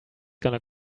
gonna